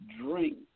drink